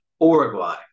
Uruguay